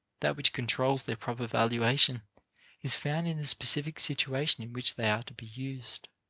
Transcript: that which controls their proper valuation is found in the specific situation in which they are to be used.